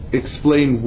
explain